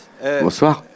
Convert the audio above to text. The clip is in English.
bonsoir